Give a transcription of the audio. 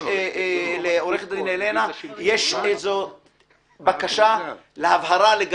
מניח שלעורכת הדין הלנה יש בקשה להבהרה.